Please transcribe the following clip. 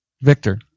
Victor